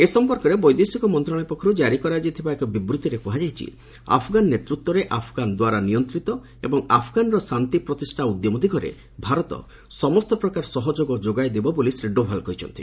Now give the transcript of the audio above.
ଏ ସମ୍ପର୍କରେ ବୈଦେଶିକ ମନ୍ତ୍ରଣାଳୟ ପକ୍ଷରୁ କାରି କରାଯାଇଥିବା ଏକ ବିବୂଭିରେ କୁହାଯାଇଛି ଆଫଗାନ ନେତୃତ୍ୱରେ ଆଫଗାନଦ୍ୱାରା ନିୟନ୍ତିତ ଏବଂ ଆଫଗାନର ଶାନ୍ତି ପ୍ରତିଷ୍ଠା ଉଦ୍ୟମ ଦିଗରେ ଭାରତ ସମସ୍ତ ପ୍ରକାର ସହଯୋଗ ଯୋଗାଇ ଦେବ ବୋଲି ଶ୍ରୀ ଡୋଭାଲ୍ କହିଛନ୍ତି